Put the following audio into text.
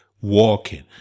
walking